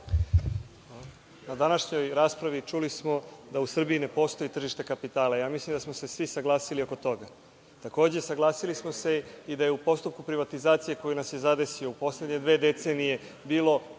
Na današnjoj raspravi čuli smo da u Srbiji ne postoji tržište kapitala. Ja mislim da smo se svi saglasili oko toga. Takođe, saglasili smo se i da je u postupku privatizacije, koji nas je zadesio u poslednje dve decenije, bilo